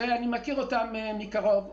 שאני מכיר אותן מקרוב,